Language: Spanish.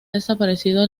desaparecido